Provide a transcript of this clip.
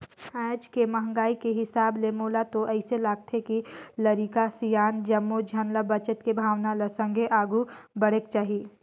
आज के महंगाई के हिसाब ले मोला तो अइसे लागथे के लरिका, सियान जम्मो झन ल बचत के भावना ले संघे आघु बढ़ेक चाही